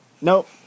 Nope